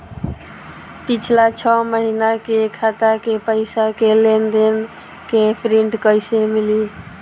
पिछला छह महीना के खाता के पइसा के लेन देन के प्रींट कइसे मिली?